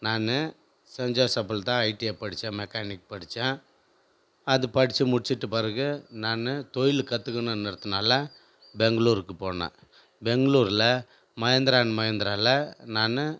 நான் சென்ட் ஜோசப்பில் தான் ஐடிஏ படிச்சேன் மெக்கானிக் படிச்சேன் அது படித்து முடிச்சிட்ட பிறகு நான் தொழில் கத்துக்கணுங்குறதுனால பெங்களூருக்கு போன பெங்களூரில் மஹிந்ரா அண்ட் மஹிந்ராவில் நான்